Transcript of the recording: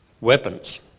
weapons